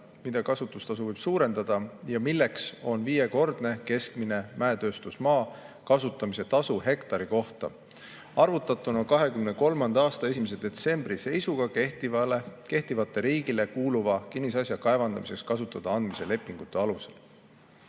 milleni kasutustasu võib suureneda ja milleks on viiekordne keskmine mäetööstusmaa kasutamise tasu hektari kohta, arvutatuna 2023. aasta 1. detsembri seisuga kehtivate, riigile kuuluva kinnisasja kaevandamiseks kasutada andmise lepingute alusel.